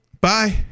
Bye